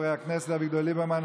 חברי הכנסת אביגדור ליברמן,